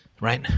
right